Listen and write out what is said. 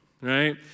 right